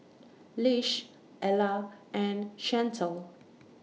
Lish Ella and Chantal